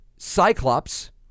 Cyclops